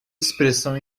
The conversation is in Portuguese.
expressão